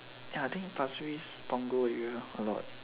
ya I think pasir-ris punggol area a lot